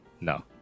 no